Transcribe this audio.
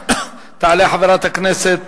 תעלה חברת הכנסת